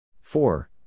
four